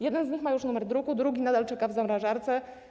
Jeden z nich ma już nadany numer druku, druki nadal czeka w zamrażarce.